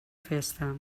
festa